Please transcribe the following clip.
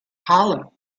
hollow